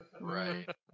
Right